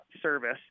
service